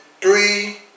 three